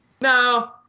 No